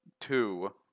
Two